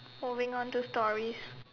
moving on to stories